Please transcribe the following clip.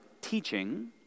teaching